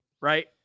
right